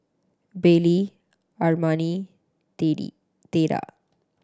Baylie Armani Theda